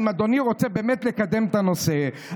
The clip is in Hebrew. אם אדוני באמת רוצה לקדם את הנושא,